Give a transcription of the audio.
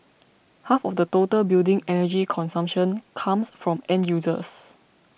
half of the total building energy consumption comes from end users